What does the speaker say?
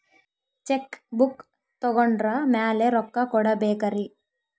Check book ತೊಗೊಂಡ್ರ ಮ್ಯಾಲೆ ರೊಕ್ಕ ಕೊಡಬೇಕರಿ?